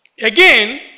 Again